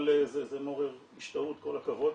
אבל זה מעורר השתאות, כל הכבוד.